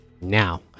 Now